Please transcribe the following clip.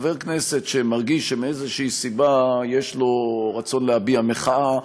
חבר כנסת שמרגיש שמאיזו סיבה יש לו רצון להביע מחאה,